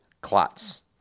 clots